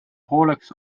hooleks